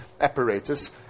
apparatus